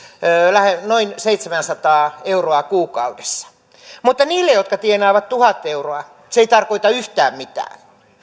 noin seitsemääsataa euroa vuodessa mutta niille jotka tienaavat tuhat euroa se ei tarkoita yhtään mitään